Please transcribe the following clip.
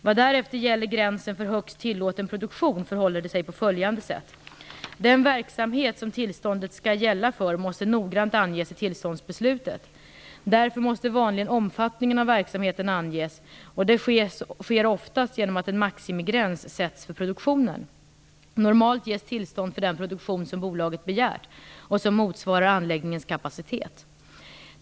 Vad därefter gäller gränsen för högst tillåten produktion förhåller det sig på följande sätt. Den verksamhet som tillståndet skall gälla för måste noggrant anges i tillståndsbeslutet. Därför måste vanligen omfattningen av verksamheten anges. Det sker oftast genom att en maximigräns sätts för produktionen. Normalt ges tillstånd för den produktion som bolaget begärt och som motsvarar anläggningens kapacitet.